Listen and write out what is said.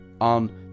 on